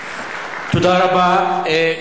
(מחיאות כפיים) תודה רבה.